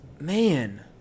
man